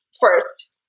first